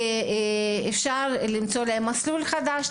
אפשר למצוא להם מסלול חדש,